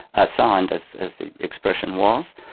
assigned as as the expression was,